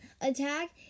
attack